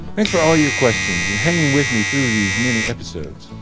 thanks for all your questions and hanging with me through these mini-episodes.